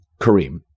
Kareem